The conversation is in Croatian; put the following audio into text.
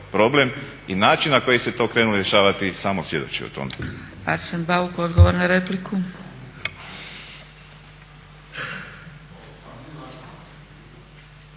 problem i način na koji ste to krenuli rješavati samo svjedoči o tome.